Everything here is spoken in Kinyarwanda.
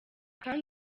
kandi